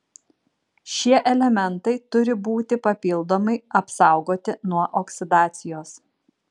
šie elementai turi būti papildomai apsaugoti nuo oksidacijos